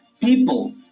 people